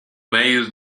meio